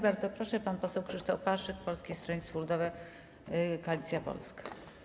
Bardzo proszę, pan poseł Krzysztof Paszyk, Polskie Stronnictwo Ludowe - Koalicja Polska.